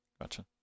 Gotcha